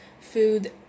food